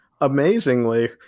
amazingly